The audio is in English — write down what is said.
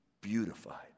beautified